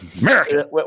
America